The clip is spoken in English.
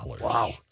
Wow